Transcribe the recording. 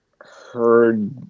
heard